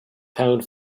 pound